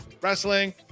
wrestling